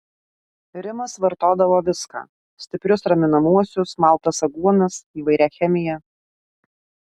rimas vartodavo viską stiprius raminamuosius maltas aguonas įvairią chemiją